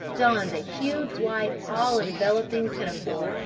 donned a huge white all-enveloping pinafore,